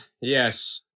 Yes